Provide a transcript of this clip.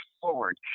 forward